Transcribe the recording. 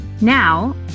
Now